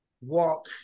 walk